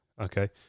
okay